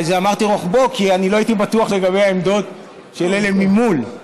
אמרתי "רוחבו" כי לא הייתי בטוח לגבי העמדות של אלה ממול,